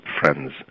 friends